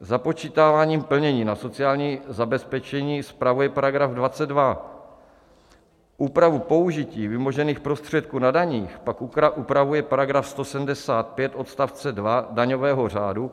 Započítávání plnění na sociální zabezpečení spravuje § 22, úpravu použití vymožených prostředků na daních pak upravuje § 175 odst. 2 daňového řádu.